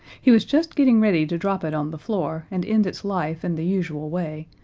he was just getting ready to drop it on the floor, and end its life in the usual way,